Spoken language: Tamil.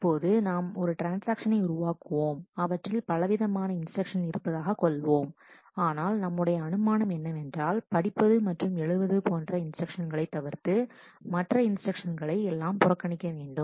இப்பொழுது நாம் ஒரு ட்ரான்ஸ்ஆக்ஷனை உருவாக்குவோம் அவற்றில் பலவிதமான இன்ஸ்டிரக்ஷன்ஸ்கள் இருப்பதாகக் கொள்வோம் ஆனால் நம்முடைய அனுமானம் என்னவென்றால் படிப்பது மற்றும் எழுதுவது போன்ற இன்ஸ்டிரக்ஷன்ஸ்களை தவிர்த்து மற்ற இன்ஸ்டிரக்ஷன்ஸ்களை எல்லாம் புறக்கணிக்க வேண்டும்